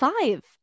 Five